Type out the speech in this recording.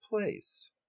place